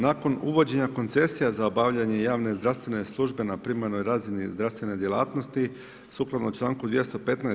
Nakon uvođenja koncesija za obavljanje javne zdravstvene službe na primarnoj razini zdravstvene djelatnosti, sukladno članku 215.